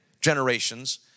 generations